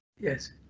Yes